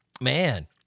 Man